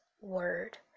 word